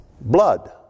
blood